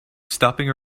stopping